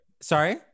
sorry